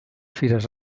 fires